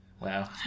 Wow